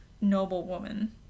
noblewoman